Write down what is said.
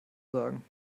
sagen